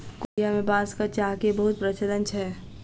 Korea में बांसक चाह के बहुत प्रचलन छै